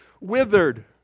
withered